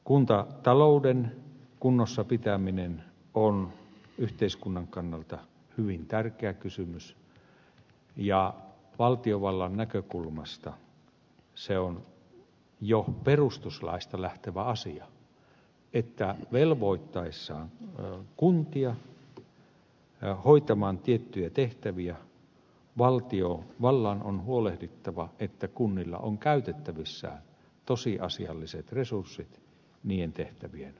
kuntatalouden kunnossapitäminen on yhteiskunnan kannalta hyvin tärkeä kysymys ja valtiovallan näkökulmasta se on jo perustuslaista lähtevä asia että velvoittaessaan kuntia hoitamaan tiettyjä tehtäviä valtiovallan on huolehdittava että kunnilla on käytettävissään tosiasialliset resurssit niiden tehtävien